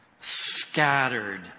scattered